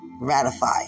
Ratify